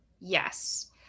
Yes